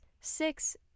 six